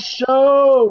show